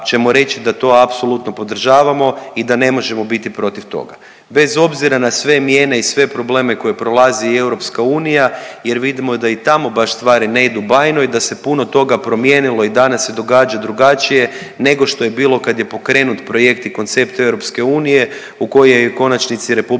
ćemo reći da to apsolutno podržavamo i da ne možemo biti protiv toga bez obzira na sve mijene i sve probleme koje prolazi i EU jer vidimo da i tamo baš stvari ne idu bajno i da se puno toga promijenilo i danas se događa drugačije nego što je bilo kad je pokrenut projekt i koncept EU u koju je u konačnici RH htjela